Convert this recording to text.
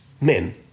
men